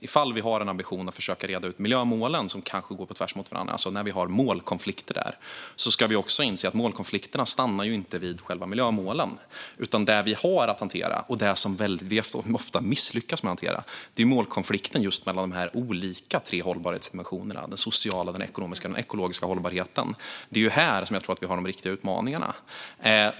Ifall vi har en ambition att försöka reda ut miljömålen, som kanske går på tvärs mot varandra - alltså när vi har målkonflikter där - ska vi inse att målkonflikterna inte stannar vid själva miljömålen. Det som vi har att hantera och det som vi ofta misslyckas med att hantera är målkonflikten just mellan de tre olika hållbarhetsdimensionerna: den sociala, den ekonomiska och den ekologiska hållbarheten. Det är där som jag tror att vi har de riktiga utmaningarna.